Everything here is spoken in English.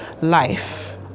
life